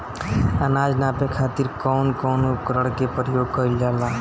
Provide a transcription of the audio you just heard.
अनाज नापे खातीर कउन कउन उपकरण के प्रयोग कइल जाला?